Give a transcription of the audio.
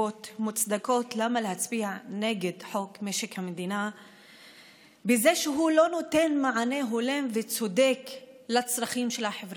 המשבר